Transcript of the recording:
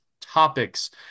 topics